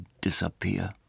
disappear